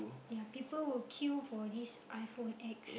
ya people will queue for this iPhone X